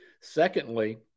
Secondly